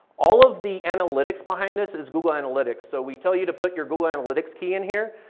all of the analytics behind this is google analytics. so we tell you to put your google analytics key in here,